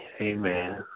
Amen